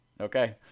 Okay